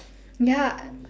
ya